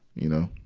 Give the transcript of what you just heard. you know.